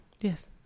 Yes